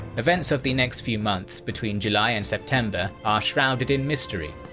events of the next few months between july and september are shrouded in mystery,